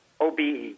OBE